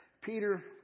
Peter